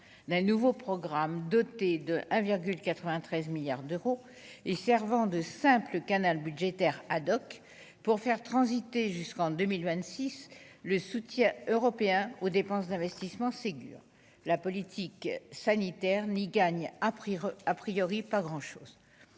d'un nouveau programme, doté de 1,93 milliards d'euros et Servent de simple Canal budgétaire ad-hoc pour faire transiter jusqu'en 2000 26 le soutien européen aux dépenses d'investissement Ségur la politique sanitaire n'gagne a pris, a priori pas grand-chose